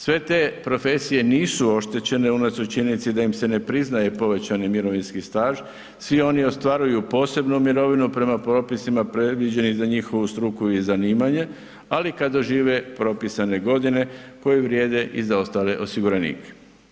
Sve te profesije nisu oštećene unatoč činjenici da im se ne priznaje povećani mirovinski staž, svi oni ostvaruju posebnu mirovinu prema propisima predviđenih za njihovu stuku i zanimanje, ali kad dožive propisane godine, koje vrijeme i za ostale osiguranike.